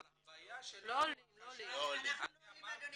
אבל הבעיה שלנו --- אנחנו לא עולים אדוני.